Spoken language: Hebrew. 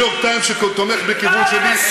"New York Times" שתומך בכיוון שני.